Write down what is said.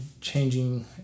changing